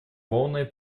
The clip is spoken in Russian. полной